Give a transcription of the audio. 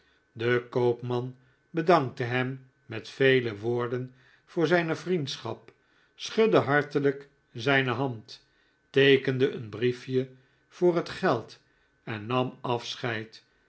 de koopman bedankte hem met vele woorden voor zijne vriendschap schudde hartelijk zijne hand teekende een briefje voor het geld en nam afscheid